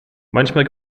manchmal